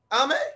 Amen